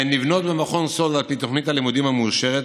הן נבנות במכון סאלד על פי תוכנית הלימודים המאושרת,